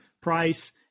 Price